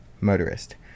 Motorist